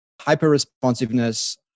hyper-responsiveness